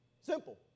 simple